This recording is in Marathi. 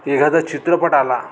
एखादा चित्रपट आला